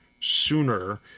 sooner